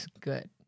good